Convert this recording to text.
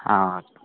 ആ ഓക്കെ